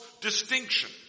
distinction